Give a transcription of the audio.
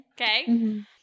okay